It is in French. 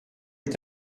est